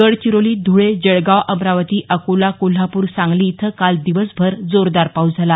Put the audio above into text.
गडचिरोली ध्वळे जळगाव अमरावती अकोला कोल्हापूर सांगली इथं काल दिवसभर जोरदार पाऊस झाला